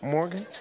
Morgan